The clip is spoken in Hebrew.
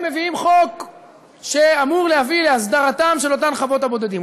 להביא חוק שאמור להביא להסדרתן של אותן חוות הבודדים,